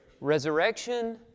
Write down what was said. resurrection